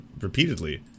repeatedly